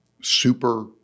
super